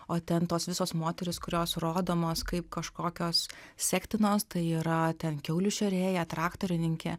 o ten tos visos moterys kurios rodomos kaip kažkokios sektinos tai yra ten kiaulių šėrėja traktorininkė